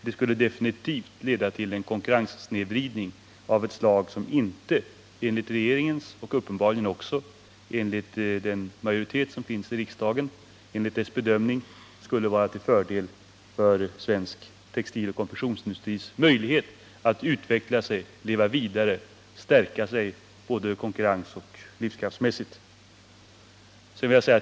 Det skulle definitivt leda till en konkurrenssnedvridning av ett slag som enligt regeringens och uppenbarligen också enligt riksdagsmajoritetens bedömning inte skulle vara till fördel för svensk textiloch konfektionsindustris möjlighet att leva vidare, utveckla sig och stärka sig både konkurrensoch livskraftsmässigt.